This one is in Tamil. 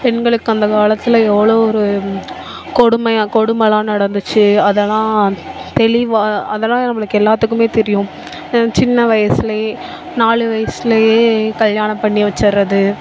பெண்களுக்கு அந்த காலத்தில் எவ்வளோ ஒரு கொடுமையாக கொடுமைலாம் நடந்துச்சு அதெலாம் தெளிவாக அதெலாம் நம்மளுக்கு எல்லாத்துக்குமே தெரியும் என் சின்ன வயசுலேயே நாலு வயசிலயே கல்யாணம் பண்ணி வெச்சுறது